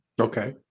Okay